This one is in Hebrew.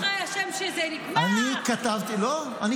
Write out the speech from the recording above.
לא, "ברוך השם שזה נגמר".